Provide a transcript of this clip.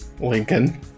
Lincoln